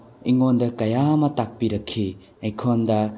ꯑꯩꯉꯣꯟꯗ ꯀꯌꯥ ꯑꯃ ꯇꯥꯛꯄꯤꯔꯛꯈꯤ ꯑꯩꯉꯣꯟꯗ